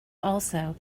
also